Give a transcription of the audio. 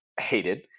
hated